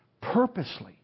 purposely